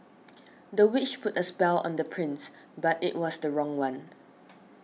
the witch put a spell on the prince but it was the wrong one